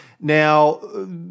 Now